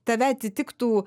tave atitiktų